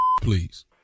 please